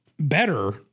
better